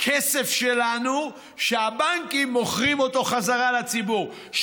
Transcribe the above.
כסף שלנו שהבנקים מוכרים אותו חזרה לציבור.